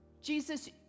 Jesus